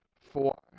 Four